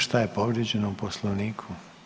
Šta je povrijeđeno u Poslovniku?